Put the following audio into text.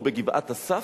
או בגבעת-אסף?